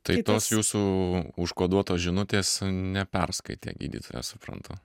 tai tos jūsų užkoduotos žinutės neperskaitė gydytoja suprantu